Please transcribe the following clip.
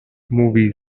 movies